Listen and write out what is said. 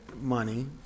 Money